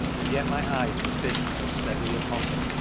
and yet my eyes were fixed most steadily upon them,